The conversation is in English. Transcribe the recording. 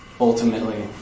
ultimately